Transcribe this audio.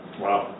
wow